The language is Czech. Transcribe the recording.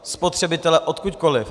Spotřebitele odkudkoli.